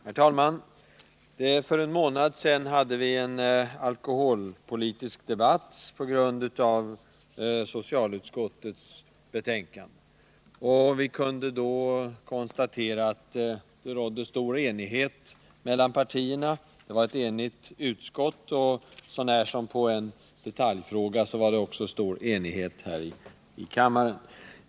Herr talman! För en månad sedan hade vi en alkoholpolitisk debatt på grundval av ett betänkande från socialutskottet. Vi kunde då konstatera att det rådde stor enighet mellan partierna. Det var ett enigt utskott, och så när som på en detaljfråga var det stor enighet också här i kammaren.